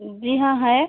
जी हाँ है